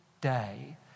day